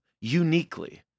uniquely